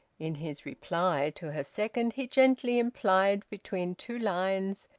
in his reply to her second he gently implied, between two lines,